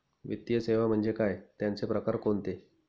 वित्तीय सेवा म्हणजे काय? त्यांचे प्रकार कोणते?